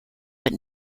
but